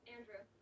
Andrew